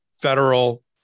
Federal